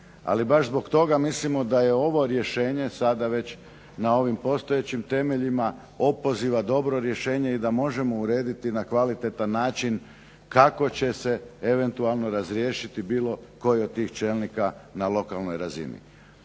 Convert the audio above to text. Ali baš zbog toga mislimo da je ovo rješenje sada već na ovim postojećim temeljima opoziva dobro rješenje i da možemo urediti na kvalitetan način kako će se eventualno razriješiti bilo koji od tih čelnika na lokalnoj razini.